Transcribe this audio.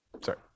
sorry